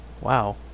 Wow